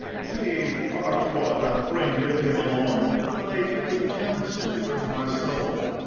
see, artois doth bring with him along the late good counsel giver to my soul.